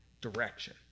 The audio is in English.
direction